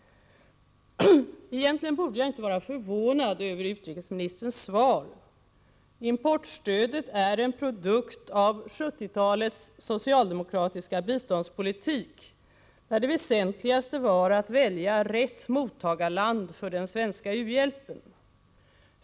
Egentligen borde jag inte vara förvånad över utrikesministerns svar. Importstödet är en produkt av 1970-talets socialdemokratiska biståndspolitik, där det väsentligaste var att välja rätt mottagarland för den svenska u-hjälpen.